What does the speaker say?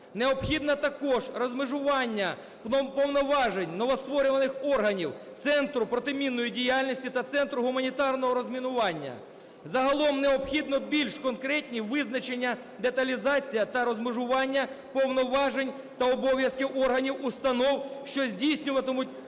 Необхідно також розмежування повноважень новостворюваних органів: центру протимінної діяльності та центру гуманітарного розмінування. Загалом необхідно більш конкретні визначення деталізація та розмежування повноважень та обов'язків органів установ, що здійснюватимуть